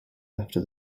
after